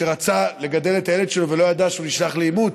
שרצה לגדל את הילד שלו ושלא ידע שהוא נשלח לאימוץ,